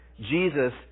Jesus